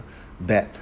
bad